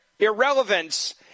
irrelevance